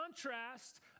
contrast